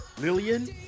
Lillian